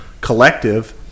collective